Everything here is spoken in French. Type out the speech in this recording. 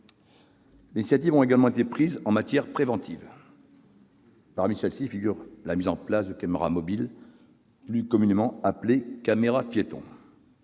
Des initiatives ont également été prises en matière préventive. Parmi celles-ci figure la mise en place des caméras mobiles, plus communément appelées « caméras-piétons ».